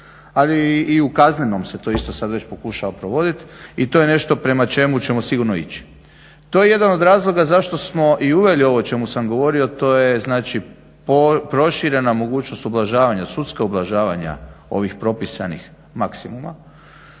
ali i u kaznenom se sada to isto već pokušava provoditi i to je nešto prema čemu ćemo sigurno ići. To je jedan od razloga zašto smo i uveli ovo o čemu sam govorio to je znači proširena mogućnost ublažavanja sudskog ublažavanja ovih propisanih maksimuma.